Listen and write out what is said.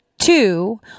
Two